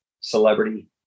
celebrity